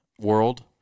world